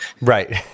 Right